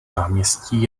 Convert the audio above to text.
náměstí